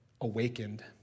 awakened